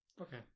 Okay